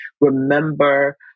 remember